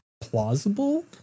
plausible